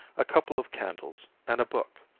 a couple of candles, and a book.